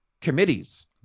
committees